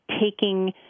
taking